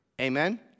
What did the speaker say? Amen